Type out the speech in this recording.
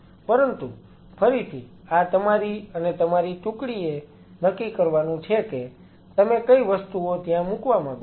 પરંતુ ફરીથી આ તમારી અને તમારી ટુકડીને નક્કી કરવાનું છે કે તમે કઈ વસ્તુઓ ત્યાં મૂકવા માગો છો